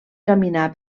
caminar